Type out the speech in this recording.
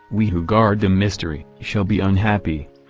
we who guard the mystery, shall be unhappy.